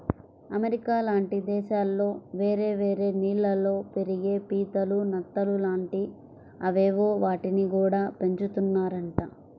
America లాంటి దేశాల్లో వేరే వేరే నీళ్ళల్లో పెరిగే పీతలు, నత్తలు లాంటి అవేవో వాటిని గూడా పెంచుతున్నారంట